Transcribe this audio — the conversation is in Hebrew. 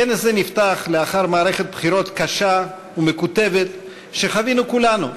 כנס זה נפתח לאחר מערכת בחירות קשה ומקוטבת שחווינו כולנו,